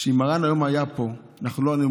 שאם מרן היום היה פה אנחנו לא היינו